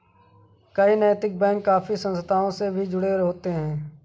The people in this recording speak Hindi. कई नैतिक बैंक काफी संस्थाओं से भी जुड़े होते हैं